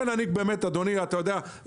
אתה יודע,